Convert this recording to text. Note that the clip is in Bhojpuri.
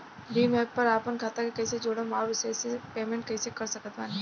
भीम एप पर आपन खाता के कईसे जोड़म आउर ओसे पेमेंट कईसे कर सकत बानी?